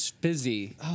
busy